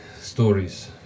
stories